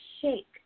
shake